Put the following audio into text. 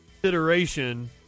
consideration